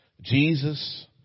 Jesus